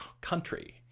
Country